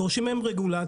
דורשים מהם רגולציה,